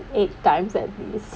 eight times at least